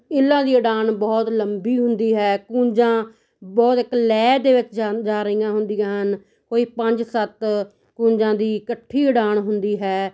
ਇੱਲਾਂ ਦੀ ਉਡਾਨ ਬਹੁਤ ਲੰਬੀ ਹੁੰਦੀ ਹੈ ਕੂੰਜਾਂ ਬਹੁਤ ਇੱਕ ਲਹਿਰ ਦੇ ਵਿੱਚ ਜਾਣ ਜਾ ਰਹੀਆਂ ਹੁੰਦੀਆਂ ਹਨ ਕੋਈ ਪੰਜ ਸੱਤ ਕੂੰਜਾਂ ਦੀ ਇਕੱਠੀ ਉਡਾਨ ਹੁੰਦੀ ਹੈ